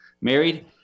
married